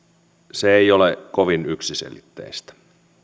ei ole kovin yksiselitteistä